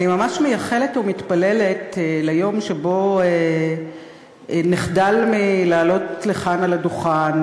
אני ממש מייחלת ומתפללת ליום שבו נחדל מלעלות לכאן על הדוכן